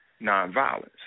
nonviolence